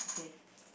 okay